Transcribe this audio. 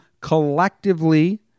collectively